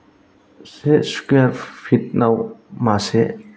से square feet आव मासे